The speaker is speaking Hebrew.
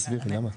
תסבירי למה?